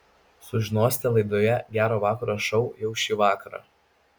sužinosite laidoje gero vakaro šou jau šį vakarą